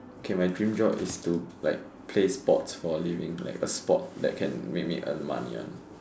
okay my dream job is to like play sports for a living like a sport that can make me earn money one